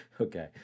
Okay